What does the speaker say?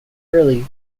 early